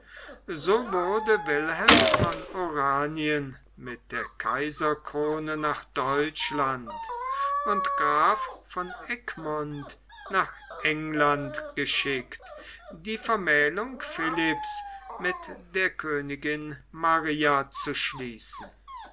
so wurde wilhelm von oranien mit der kaiserkrone nach deutschland und graf von egmont nach england geschickt die vermählung philipps mit der königin maria zu schließen